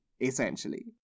essentially